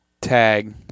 tag